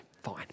fine